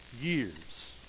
years